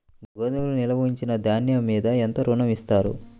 గోదాములో నిల్వ ఉంచిన ధాన్యము మీద ఎంత ఋణం ఇస్తారు?